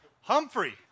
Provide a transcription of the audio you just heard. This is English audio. Humphrey